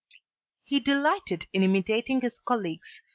he delighted in imitating his colleagues,